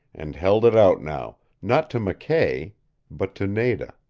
and held it out now not to mckay but to nada.